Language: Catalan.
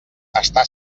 està